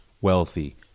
wealthy